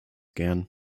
gern